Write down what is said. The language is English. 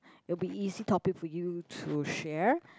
it will be easy topic for you to share